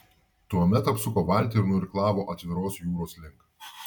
tuomet apsuko valtį ir nuirklavo atviros jūros link